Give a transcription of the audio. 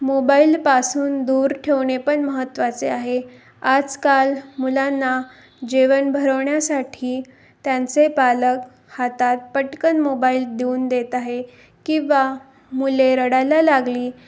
मोबाईलपासून दूर ठेवणे पण महत्त्वाचे आहे आजकाल मुलांना जेवण भरवण्यासाठी त्यांचे पालक हातात पटकन मोबाईल देऊन देत आहे किंवा मुले रडायला लागली